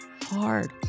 hard